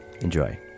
Enjoy